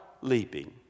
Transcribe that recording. leaping